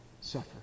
suffer